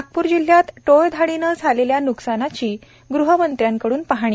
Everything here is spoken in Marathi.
नागपूर जिल्हयात टोलधडीने झालेल्या नुकसनाची गृहमंत्र्यंकडून पाहणी